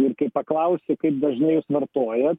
ir kai paklausi kaip dažnai jūs vartojat